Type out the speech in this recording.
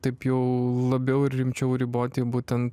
taip jau labiau ir rimčiau riboti būtent